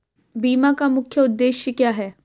बीमा का मुख्य उद्देश्य क्या है?